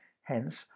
Hence